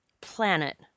planet